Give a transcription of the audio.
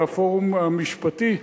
והפורום המשפטי יזמו,